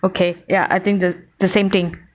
okay ya I think the the same thing